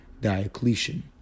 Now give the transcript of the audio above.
Diocletian